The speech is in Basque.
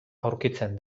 aurkitzen